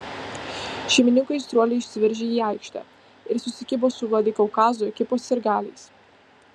šeimininkų aistruoliai išsiveržė į aikštę ir susikibo su vladikaukazo ekipos sirgaliais